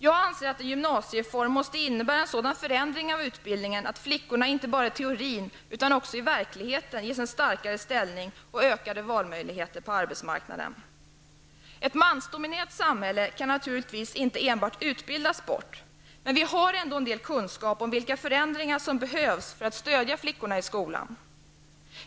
Jag anser att en gymnasiereform måste innebära en sådan förändring av utbildningen att flickorna inte bara i teorin utan även i verkligheten ges en starkare ställning och ökade valmöjligheter på arbetsmarknaden. Ett mansdominerat samhälle kan naturligtvis inte enbart utbildas bort, men vi har ändå en del kunskap om vilka förändringar som behövs för att stödja flickorna i skolan.